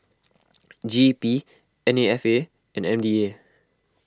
G E P N A F A and M D A